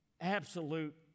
absolute